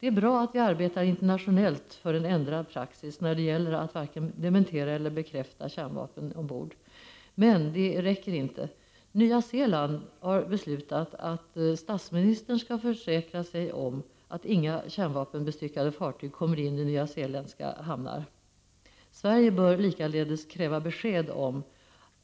Det är bra att vi arbetar internationellt för en ändrad praxis när det gäller att varken dementera eller bekräfta kärnvapen ombord. Men det räcker inte. Nya Zeeland har beslutat att statsministern skall försäkra sig om att inga kärnvapenbestyckade fartyg kommer in i Nyzeeländska hamnar. Sverige bör likaledes kräva besked om